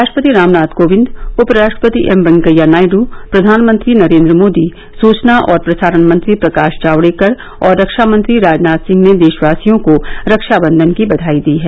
राष्ट्रपति रामनाथ कोविंद उपराष्ट्रपति एम वेंकैया नायड प्रधानमंत्री नरेंद्र मोदी सुचना और प्रसारण मंत्री प्रकाश जावडेकर और रक्षा मंत्री राजनाथ सिंह ने देशवासियों को रक्षा बंधन की बधाई दी हैं